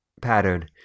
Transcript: pattern